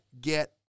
get